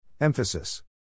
Emphasis